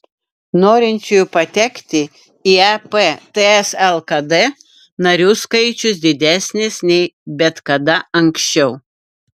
norinčiųjų patekti į ep ts lkd narių skaičius didesnis nei bet kada anksčiau